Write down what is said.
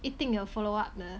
一定有 follow up 的